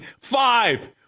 five